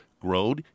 grown